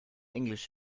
english